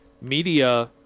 media